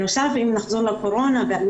אם נחזור לקורונה, אז